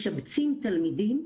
משבצים תלמידים,